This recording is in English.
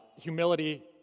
Humility